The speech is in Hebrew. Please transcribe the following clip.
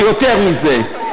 ויותר מזה.